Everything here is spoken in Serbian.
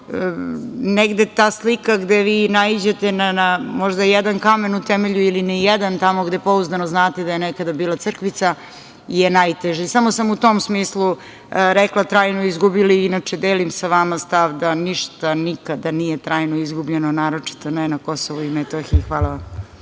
negde ta slika gde vi naiđete na možda jedan kamen u temelju ili ni jedan tamo gde pouzdano znate gde je nekada bila crkvica je najteže. Samo sam u tom smislu rekla - trajno izgubili, inače delim sa vama stav da ništa nikada nije trajno izgubljeno naročito ne na KiM. Hvala.